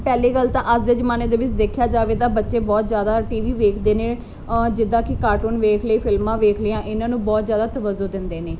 ਪਹਿਲੀ ਗੱਲ ਤਾਂ ਅੱਜ ਜਮਾਨੇ ਦੇ ਵਿੱਚ ਦੇਖਿਆ ਜਾਵੇ ਤਾਂ ਬੱਚੇ ਬਹੁਤ ਜ਼ਿਆਦਾ ਟੀ ਵੀ ਵੇਖਦੇ ਨੇ ਜਿੱਦਾਂ ਕਿ ਕਾਰਟੂਨ ਵੇਖ ਲਈ ਫਿਲਮਾਂ ਵੇਖ ਲਈਆਂ ਇਹਨਾਂ ਨੂੰ ਬਹੁਤ ਜ਼ਿਆਦਾ ਤਵੱਜੋ ਦਿੰਦੇ ਨੇ